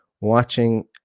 watching